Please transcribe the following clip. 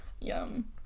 yum